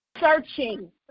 searching